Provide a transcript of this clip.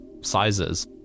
sizes